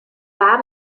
war